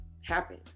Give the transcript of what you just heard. happen